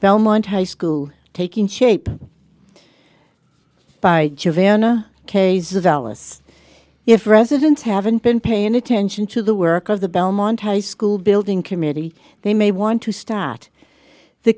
belmont high school taking shape by vanna k s of alice if residents haven't been paying attention to the work of the belmont high school building committee they may want to start the